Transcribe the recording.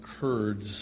Kurds